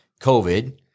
COVID